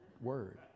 word